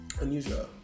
unusual